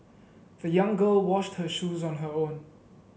the young girl washed her shoes on her own